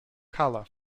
colour